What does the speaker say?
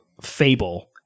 Fable